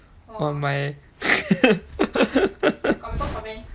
on my